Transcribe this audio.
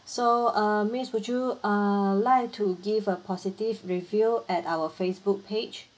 so uh miss would you err like to give a positive review at our Facebook page